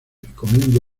comiendo